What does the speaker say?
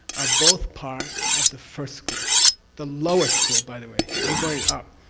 are both part of the first school the lowest school, by the way. i'm going up.